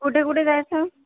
कुठे कुठे जायचं